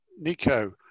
Nico